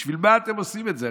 בשביל מה אתם עושים את זה?